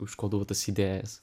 užkoduotas idėjas